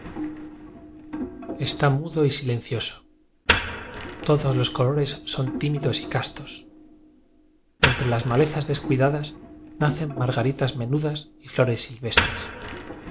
está mudo y silencioso todos los colo res son tímidos y castos entre las male zas descuidadas nacen margaritas menudas y flores silvestres